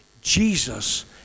Jesus